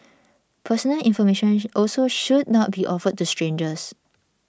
personal information also should not be offered to strangers